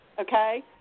okay